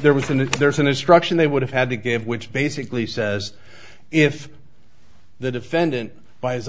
there was an if there's an instruction they would have had to give which basically says if the defendant by his